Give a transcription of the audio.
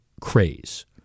craze